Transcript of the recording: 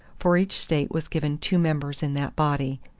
for each state was given two members in that body.